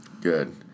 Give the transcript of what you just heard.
Good